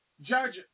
Judge